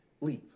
leave